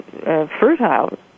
fertile